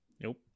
Nope